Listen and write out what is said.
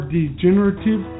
degenerative